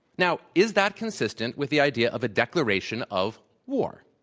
now, is that consistent with the idea of a declaration of war?